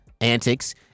antics